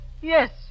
yes